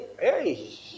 hey